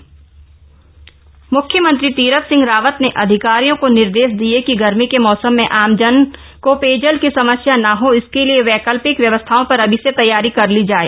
जल जीवन मिशन मुख्यमंत्री तीरथ सिंह रावत ने अधिकारियों को निर्देश दिए कि गर्मी के मौसम में आमजन को पेयजल की समस्या न हो इसके लिए वैकल्पिक व्यवस्थाएं पर अभी से तैयारियां कर ली जाएं